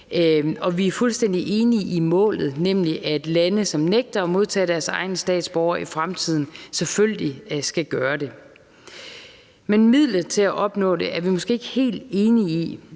vi er fuldstændig enige i målet, nemlig at lande, som nægter at modtage deres egne statsborgere, i fremtiden selvfølgelig skal gøre det. Men midlet til at opnå det er vi måske ikke er helt enige i.